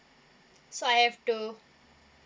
so I have to